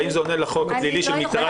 האם זה עונה בחוק הפלילי על מטרד ציבורי?